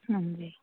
ਹਾਂਜੀ